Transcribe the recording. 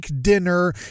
dinner